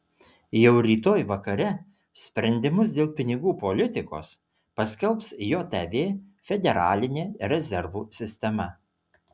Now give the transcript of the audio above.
jau rytoj vakare sprendimus dėl pinigų politikos paskelbs jav federalinė rezervų sistema